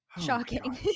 Shocking